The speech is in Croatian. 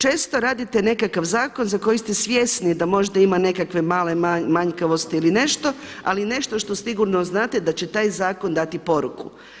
Često radite nekakav zakon za koji ste svjesni da možda ima nekakve male manjkavosti ili nešto ali nešto što sigurno znate da će taj zakon dati poruku.